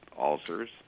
ulcers